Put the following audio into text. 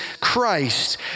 Christ